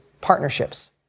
partnerships